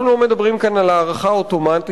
אנחנו לא מדברים כאן על הארכה אוטומטית,